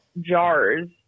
jars